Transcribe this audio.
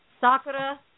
Sakura